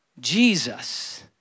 Jesus